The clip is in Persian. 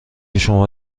شما